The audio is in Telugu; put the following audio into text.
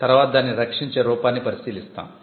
తర్వాత దానిని రక్షించే రూపాన్ని పరిశీలిస్తాము